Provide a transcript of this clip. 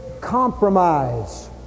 compromise